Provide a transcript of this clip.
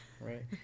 right